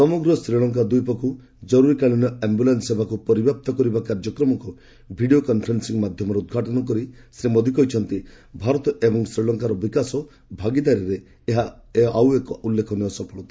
ସମଗ୍ର ଶ୍ରୀଲଙ୍କା ଦ୍ୱୀପକୁ କରୁରୀକାଳୀନ ଆମ୍ବୁଲାନ୍ ସେବାକୁ ପରିବ୍ୟାପ୍ତ କରିବା କାର୍ଯ୍ୟକ୍ରମକୁ ଭିଡ଼ିଓ କନ୍ଫରେନ୍ସିଂ ମାଧ୍ୟମରେ ଉଦ୍ଘାଟନ କରି ଶ୍ରୀ ମୋଦି କହିଛନ୍ତି ଭାରତ ଏବଂ ଶ୍ରୀଲଙ୍କାର ବିକାଶ ଭାଗିଦାରୀରେ ଏହା ଆଉ ଏକ ଉଲ୍ଲ୍ଫେଖନୀୟ ସଫଳତା